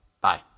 Bye